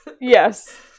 yes